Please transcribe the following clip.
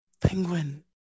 Penguin